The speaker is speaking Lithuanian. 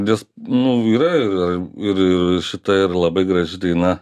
nes nu yra ir ir šita ir labai graži daina